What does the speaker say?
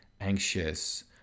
anxious